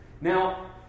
Now